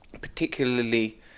particularly